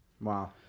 Wow